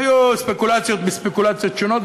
היו ספקולציות מספקולציות שונות,